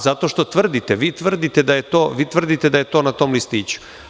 Zato što tvrdite, vi tvrdite da je to na tom listiću.